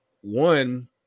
one